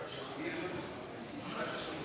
חבר הכנסת עבד אל חכים חאג' יחיא, בבקשה,